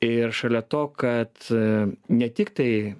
ir šalia to kad ne tiktai